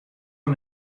oan